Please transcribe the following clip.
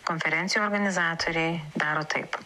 konferencijų organizatoriai daro taip